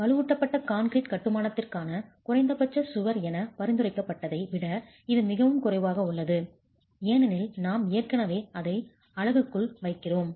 வலுவூட்டப்பட்ட கான்கிரீட் கட்டுமானத்திற்கான குறைந்தபட்ச கவர் என பரிந்துரைக்கப்பட்டதை விட இது மிகவும் குறைவாக உள்ளது ஏனெனில் நாம் ஏற்கனவே அதை அலகுக்குள் வைக்கிறோம்